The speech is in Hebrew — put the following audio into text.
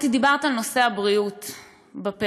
את דיברת על נושא הבריאות בפריפריה.